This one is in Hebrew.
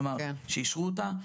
כלומר שאישרו אותה,